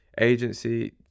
agency